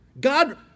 God